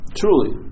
truly